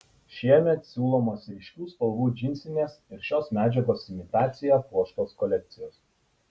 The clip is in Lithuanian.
šiemet siūlomos ryškių spalvų džinsinės ir šios medžiagos imitacija puoštos kolekcijos